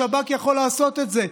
השב"כ יכול לעשות את זה.